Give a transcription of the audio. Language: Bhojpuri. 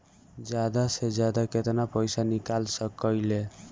जादा से जादा कितना पैसा निकाल सकईले?